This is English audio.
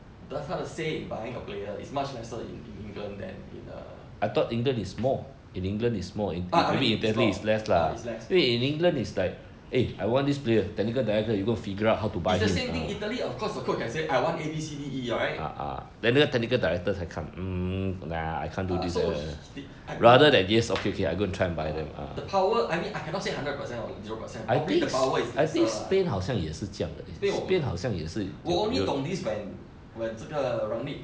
does 他的 say in buying of player is much lesser in in england than in err but I mean is is not is less is the same thing italy of course the coach can say I want A B C D E liao right ah so he h~ a~ ah the power I mean I cannot say hundred percent or zero percent probably the power is lesser ah spain 我不懂我 only 懂 this when when 这个 rangnick